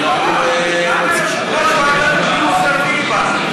למה יושב-ראש ועדה עושה פיליבסטר?